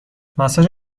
ماساژ